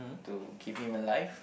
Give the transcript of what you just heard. to keep him alive